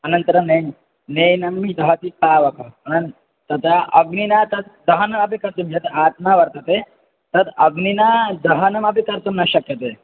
अनन्तरं नैनं नैनं दहति पावकः परं तदा अग्निना तद् दहनम् अपि कर्तुं यः आत्मा वर्तते तद् अग्निना दहनमपि कर्तुं न शक्यते